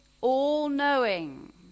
all-knowing